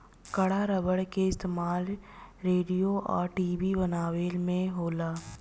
कड़ा रबड़ के इस्तमाल रेडिओ आ टी.वी बनावे में होला